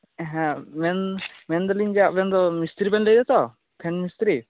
ᱦᱮᱸ ᱢᱮᱱ ᱢᱮᱱ ᱫᱟᱞᱤᱝ ᱡᱮ ᱟᱵᱮᱱ ᱫᱚ ᱢᱤᱥᱛᱨᱤᱵᱮᱱ ᱞᱟᱹᱭ ᱮᱫᱟ ᱛᱚ ᱯᱷᱮᱱ ᱢᱤᱥᱛᱨᱤ